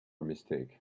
mistake